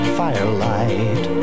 firelight